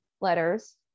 letters